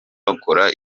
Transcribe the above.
bakora